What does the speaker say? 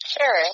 Sure